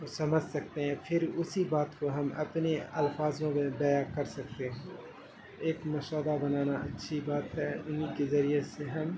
سمجھ سکتے ہیں پھر اسی بات کو ہم اپنے الفاظ میں بیاں کر سکتے ہیں ایک مسودہ بنانا اچھی بات ہے انہیں کے ذریعے سے ہم